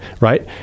Right